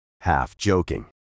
half-joking